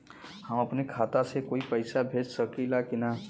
हम अपने खाता से कोई के पैसा भेज सकी ला की ना?